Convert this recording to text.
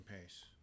pace